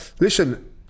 listen